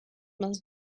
más